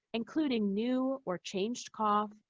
including new or changed cough,